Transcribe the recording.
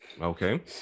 Okay